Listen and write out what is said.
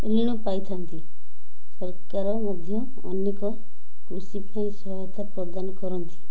ଋଣ ପାଇଥାନ୍ତି ସରକାର ମଧ୍ୟ ଅନେକ କୃଷି ପାଇଁ ସହାୟତା ପ୍ରଦାନ କରନ୍ତି